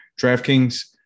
DraftKings